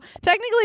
technically